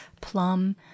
plum